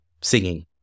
singing